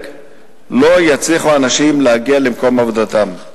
לא יצליחו אנשים להגיע למקום עבודתם.